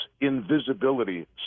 invisibility